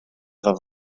efo